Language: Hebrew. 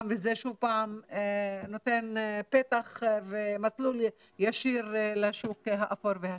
וזה שוב פעם נותן פתח ומסלול ישיר לשוק האפור והשחור.